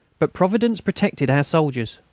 but providence protected our soldiers.